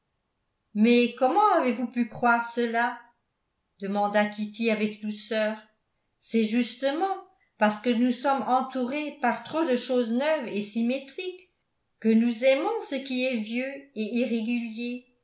mais comment avez-vous pu croire cela demanda kitty avec douceur c'est justement parce que nous sommes entourés par trop de choses neuves et symétriques que nous aimons ce qui est vieux et irrégulier